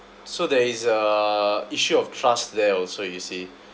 so there is a issue of trust there also you see